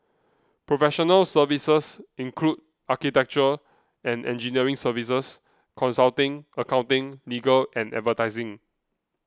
professional services include architecture and engineering services consulting accounting legal and advertising